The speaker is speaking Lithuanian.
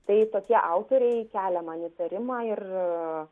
tai tokie autoriai keliama kelia man įtarimą ir